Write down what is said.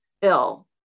ill